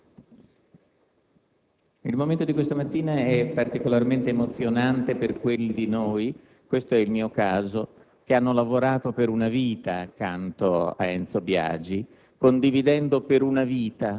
Il momento di questa mattina è particolarmente emozionante per quelli di noi - ed è il mio caso